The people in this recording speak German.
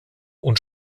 und